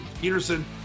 Peterson